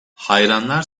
hayranlar